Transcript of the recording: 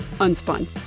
Unspun